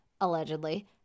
allegedly